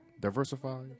Diversify